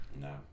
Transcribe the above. No